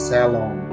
Salon